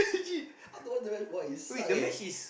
how to watch the match for what he suck eh